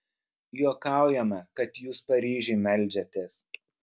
juokaujama kad jūs paryžiui meldžiatės